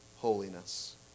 holiness